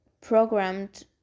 programmed